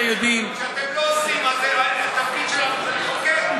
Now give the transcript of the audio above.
כשאתם לא עושים, התפקיד שלנו הוא לחוקק.